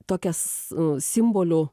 tokias simbolių